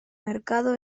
mercado